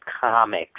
comics